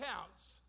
counts